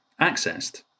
accessed